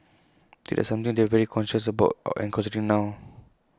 did something they've very conscious about and considering now